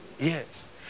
yes